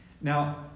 Now